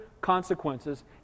consequences